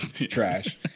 trash